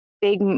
big